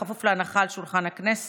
בכפוף להנחה על שולחן הכנסת.